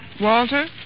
Walter